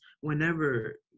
whenever